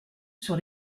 sur